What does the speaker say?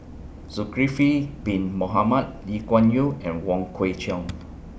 Zulkifli Bin Mohamed Lee Kuan Yew and Wong Kwei Cheong